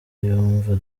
yumva